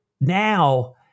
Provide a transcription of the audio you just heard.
now